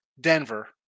Denver